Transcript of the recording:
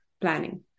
planning